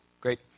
Great